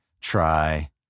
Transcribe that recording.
try